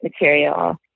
material